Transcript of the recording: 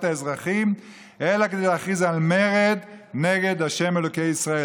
האזרחים אלא כדי להכריז על מרד נגד ה' אלוקי ישראל.